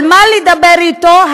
על מה לדבר איתו?